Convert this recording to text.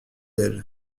elle